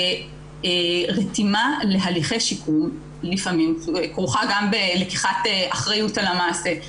ורתימה להליכי שיקום לפעמים כרוכה גם בלקיחת אחריות על המעשה,